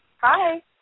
Hi